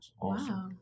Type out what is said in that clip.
Wow